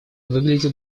выглядят